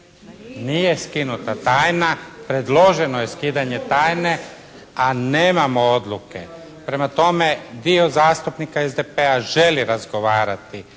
Nije skinuta tajna. Predloženo je skidanje tajne, a nemamo odluke. Prema tome, dio zastupnika SDP-a želi razgovarati